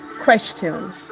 Question